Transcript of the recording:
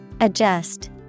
Adjust